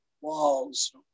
walls